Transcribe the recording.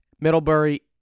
Middlebury